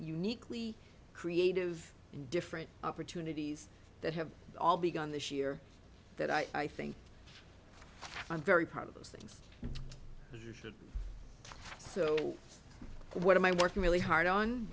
uniquely creative and different opportunities that have all begun this year that i think i'm very proud of those things so what am i working really hard on